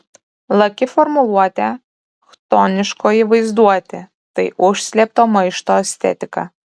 laki formuluotė chtoniškoji vaizduotė tai užslėpto maišto estetika